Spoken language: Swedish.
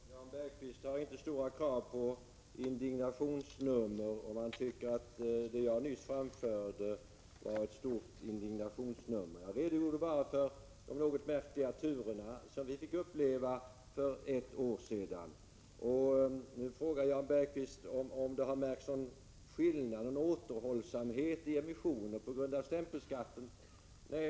Herr talman! Jan Bergqvist har inte stora krav på indignationsnhummer om han tycker att det jag nyss framförde var ett stort sådant. Jag redogjorde bara för de något märkliga turer som vi fick uppleva för ett år sedan. Nu frågar Jan Bergqvist om det har märkts någon skillnad, någon återhållsamhet i emissioner på grund av stämpelskatten.